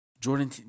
Jordan